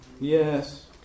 Yes